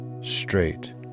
straight